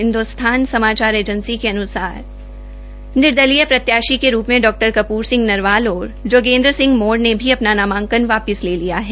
हिन्दुस्थान समाचार एजेंसी के अन्सार निर्दलीय प्रत्याशी के रूप में डा कपूर सिंह नरवाल और जोगेंद्र सिंह मोर ने भी अपना नामांकन वापिस ले लिया है